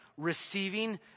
Receiving